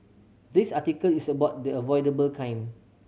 this article is about the avoidable kind